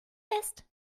ist